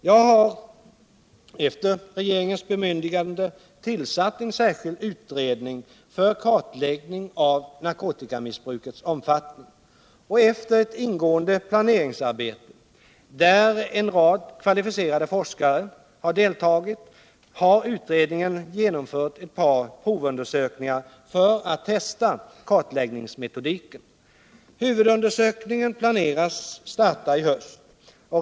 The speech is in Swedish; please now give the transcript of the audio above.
Jag har efter regeringens bemyndigande tillsatt en särskild utredning för kartläggning av narkotikamissbrukets omfattning. Efter ett ingående planeringsarbete, där en rad kvalificerade forskare har deltagit, har utredningen genomfört ett par provundersökningar för att testa kartläggningsmetodiken. Huvudundersökningen planeras starta i höst.